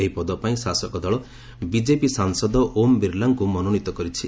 ଏହି ପଦ ପାଇଁ ଶାସକ ଦଳ ବିଜେପି ସାଂସଦ ଓମ୍ ବିର୍ଲାଙ୍କ ମନୋନୀତ କରିଛି